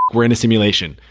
we're in a simulation.